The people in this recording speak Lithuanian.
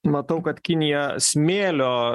matau kad kinija smėlio